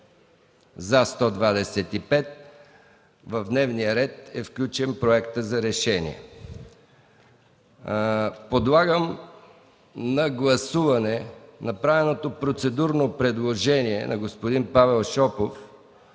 няма. В дневния ред е включен проектът за решение. Подлагам на гласуване направеното процедурно предложение на господин Павел Шопов